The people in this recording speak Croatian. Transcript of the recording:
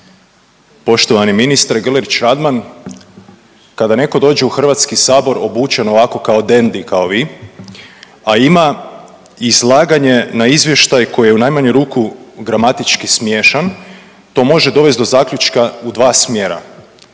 Poštovani ministre Grlić Radman kada netko dođe u Hrvatski sabor obučen ovako kao dandy kao vi, a ima izlaganje na izvještaj koji je u najmanju ruku gramatički smiješan to može dovesti do zaključka u dva smjera.